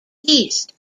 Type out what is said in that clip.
east